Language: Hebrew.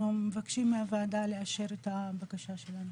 מבקשים מהוועדה לאשר את הבקשה שלנו.